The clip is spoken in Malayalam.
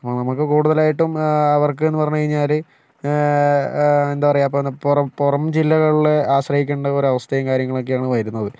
നമുക്ക് കൂടുതലായിട്ടും അവർക്കെന്ന് പറഞ്ഞ് കഴിഞ്ഞാൽ ഇപ്പോൾ എന്താപറയുക പുറം പുറം ജില്ലകളെ ആശ്രയിക്കേണ്ട ഒരവസ്ഥയും കാര്യങ്ങളൊക്കെയാണ് വരുന്നത്